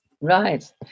Right